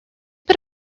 put